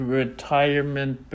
retirement